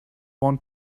want